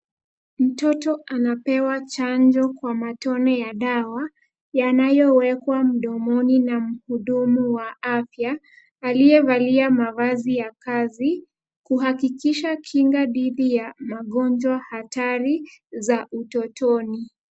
Mtoto anapewa chanjo kwa matone ya dawa yanayowekwa mdomoni na mhudumu wa afya aliyevalia mavazi ya kazi kuhakikisha kinga dhidi ya magonjwa hatari za utotoni.